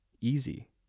easy